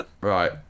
Right